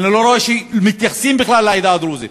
אני לא רואה שמתייחסים בכלל לעדה הדרוזית.